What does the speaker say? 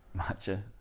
Matcha